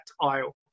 aisle